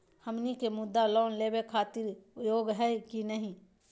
हमनी के मुद्रा लोन लेवे खातीर योग्य हई की नही?